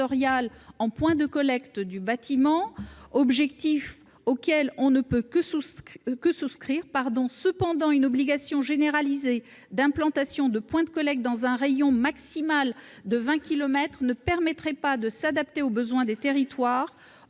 issus du secteur du bâtiment, objectif auquel on ne peut que souscrire. Toutefois, une obligation généralisée d'implantation de points de collecte dans un rayon maximal de 20 kilomètres ne permettrait pas de s'adapter aux besoins des territoires,